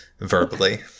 verbally